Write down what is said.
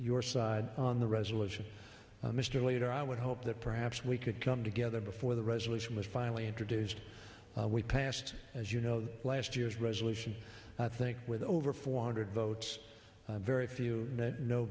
your side on the resolution mr leader i would hope that perhaps we could come together before the resolution was finally introduced we passed as you know last year's resolution i think with over four hundred votes very few